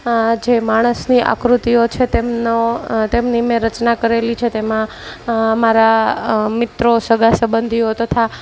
જે માણસની આકૃતિઓ છે તેમનો તેમની મેં રચના કરેલી છે તેમાં મારા મિત્રો સગા સબંધીઓ તથા